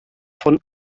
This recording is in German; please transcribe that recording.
von